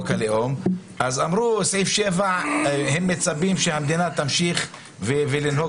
אמרו בסעיף 7 שהם מצפים שהמדינה תמשיך לנהוג